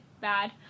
bad